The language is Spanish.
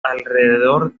alrededor